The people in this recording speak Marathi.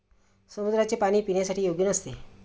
समुद्राचे पाणी पिण्यासाठी योग्य नसते